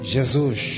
Jesus